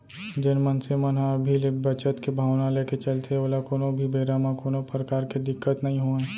जेन मनसे मन ह अभी ले बचत के भावना लेके चलथे ओला कोनो भी बेरा म कोनो परकार के दिक्कत नइ होवय